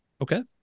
Okay